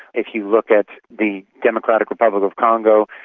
if you look at the democratic republic of congo,